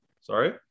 Sorry